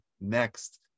next